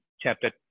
chapter